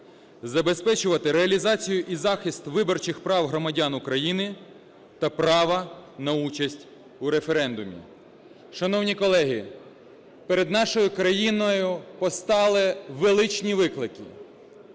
забезпечувати реалізацію і захист виборчих прав громадян України та права на участь у референдумі. Шановні колеги, перед нашою країною постали величні виклики.